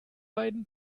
beiden